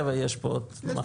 שבע יש פה מחלוקות.